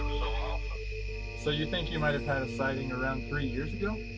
um so you think you might've had a sighting around three years ago?